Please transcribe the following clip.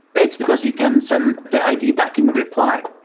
it's because you can send the id back in reply,